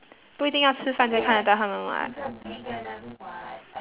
不一定要吃饭才看得到他们 [what]